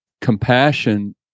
compassion